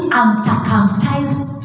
uncircumcised